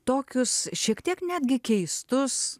tokius šiek tiek netgi keistus